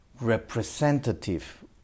representative